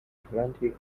atlantic